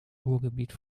ruhrgebiet